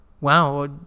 wow